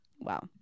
wow